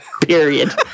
Period